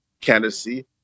candidacy